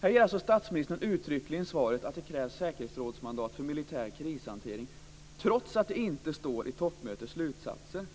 Här ger alltså statsministern uttryckligen svaret att det krävs ett säkerhetsrådsmandat för militär krishantering, trots att det inte står i toppmötets slutsatser.